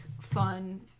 fun